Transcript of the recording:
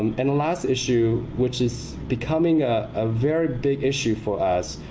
um and the last issue which is becoming a ah very big issue for us,